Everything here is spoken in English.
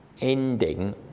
ending